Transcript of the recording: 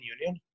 Union